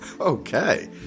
Okay